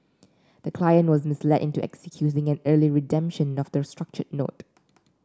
the client was misled into executing an early redemption of the structured note